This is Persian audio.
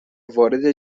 وارد